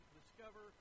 discover